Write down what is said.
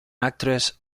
actress